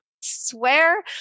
swear